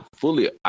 fully